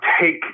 take